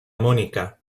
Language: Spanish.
mónica